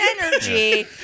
energy